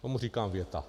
Tomu říkám věta!